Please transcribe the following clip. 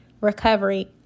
recovery